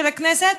של הכנסת,